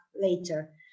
later